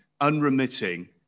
unremitting